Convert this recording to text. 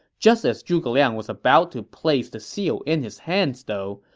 just as zhuge liang was about to place the seal in his hands, though,